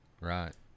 Right